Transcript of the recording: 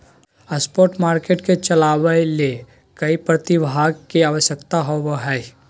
spot market के चलावय ले कई प्रतिभागी के आवश्यकता होबो हइ